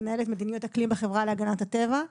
מנהלת מדיניות אקלים בחברה להגנת הטבע.